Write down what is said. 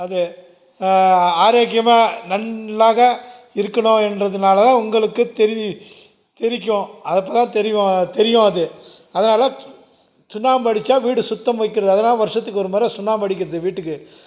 அது ஆரோக்கியமாக நன்றாக இருக்கணும் என்கிறதுனால உங்களுக்கு தெரிவிக்கும் அது அப்போ தான் தெரியும் தெயும் அது அதனால் சுண்ணாம்பு அடித்தா வீடு சுத்தம் வைக்கிறது அதனால வருடத்துக்கு ஒரு மொறை சுண்ணாம்பு அடிக்கிறது வீட்டுக்கு